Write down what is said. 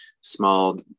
small